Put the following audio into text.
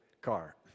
car